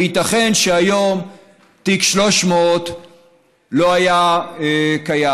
וייתכן שהיום תיק 3000 לא היה קיים.